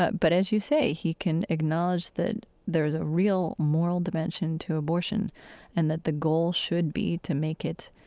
but but, as you say, he can acknowledge that there's a real moral dimension to abortion and that the goal should be to make it